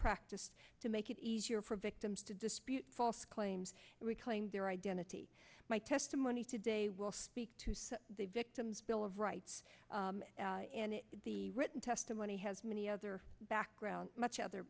practice to make it easier for victims to dispute false claims and reclaim their identity my testimony today will speak to some the victim's bill of rights and the written testimony has many other background much other